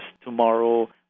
tomorrow